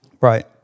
Right